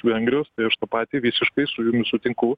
vengrijos tai aš tą patį visiškai su jumis sutinku